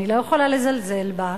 אני לא יכולה לזלזל בה,